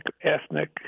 ethnic